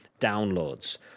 downloads